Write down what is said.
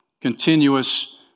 Continuous